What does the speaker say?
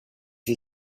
you